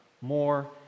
more